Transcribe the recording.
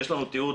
יש לנו תיעוד,